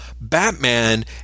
Batman